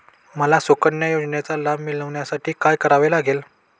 मला सुकन्या योजनेचा लाभ मिळवण्यासाठी काय करावे लागेल?